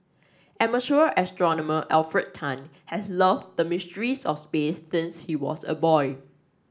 amateur astronomer Alfred Tan has loved the mysteries of space since he was a boy